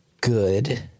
good